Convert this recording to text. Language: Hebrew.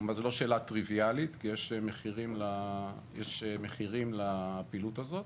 כמובן זו לא שאלה טריוויאלית כי יש מחירים לפעילות הזאת,